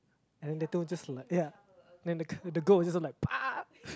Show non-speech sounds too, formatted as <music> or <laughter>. and then the two just like ya then the the goat just look like <noise>